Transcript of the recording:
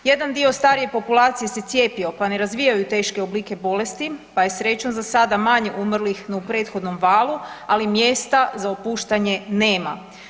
Jedan dio starije populacije se cijepio pa ne razvijaju teške oblike bolesti pa je srećom zasada manje umrlih no u prethodnom valu, ali mjesta za opuštanje nema.